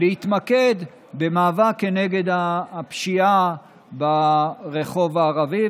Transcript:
להתמקד במאבק כנגד הפשיעה ברחוב הערבי.